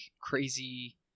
crazy